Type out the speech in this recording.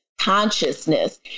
consciousness